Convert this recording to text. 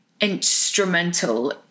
instrumental